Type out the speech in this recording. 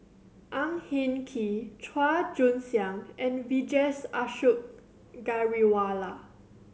Ang Hin Kee Chua Joon Siang and Vijesh Ashok Ghariwala